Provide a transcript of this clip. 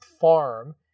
farm